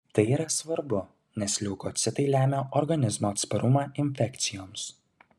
tai yra svarbu nes leukocitai lemia organizmo atsparumą infekcijoms